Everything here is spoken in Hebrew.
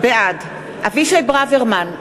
בעד אבישי ברוורמן,